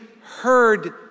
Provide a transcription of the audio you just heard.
heard